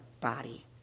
body